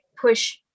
push